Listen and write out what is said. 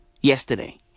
yesterday